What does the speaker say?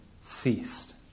ceased